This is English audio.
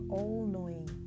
all-knowing